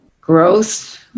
Growth